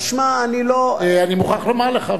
אני מוכרח לומר לך,